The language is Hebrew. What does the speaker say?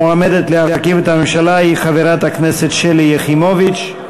המועמדת להרכיב את הממשלה היא חברת הכנסת שלי יחימוביץ.